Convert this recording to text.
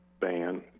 ban